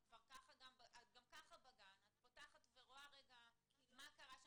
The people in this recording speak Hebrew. את גם ככה בגן, את פותחת ורואה מה קרה שם.